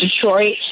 Detroit